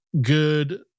good